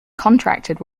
contracted